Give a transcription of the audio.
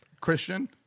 Christian